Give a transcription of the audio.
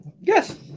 Yes